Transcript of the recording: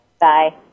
Bye